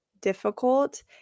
difficult